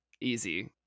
easy